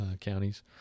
counties